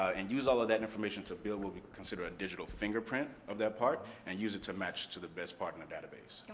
and use all of that information to build what we consider a digital fingerprint of that part. and use it to match to the best part in the database.